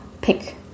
pick